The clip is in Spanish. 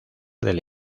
del